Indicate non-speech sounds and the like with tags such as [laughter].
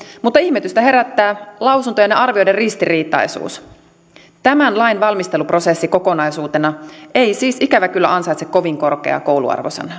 mutta ihmetystä herättää lausuntojen ja arvioiden ristiriitaisuus tämän lain valmisteluprosessi kokonaisuutena ei siis ikävä kyllä ansaitse kovin korkeaa kouluarvosanaa [unintelligible]